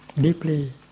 deeply